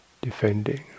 defending